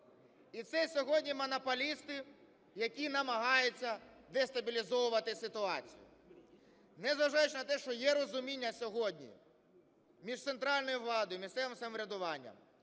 І це сьогодні монополісти, які намагаються дестабілізовувати ситуацію, незважаючи на те, що є розуміння сьогодні між центральною владою і місцевим самоврядуванням,